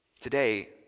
Today